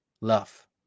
love